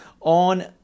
on